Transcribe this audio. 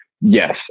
Yes